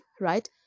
right